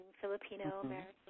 Filipino-American